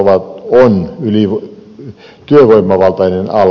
sosiaalipalvelut on työvoimavaltainen ala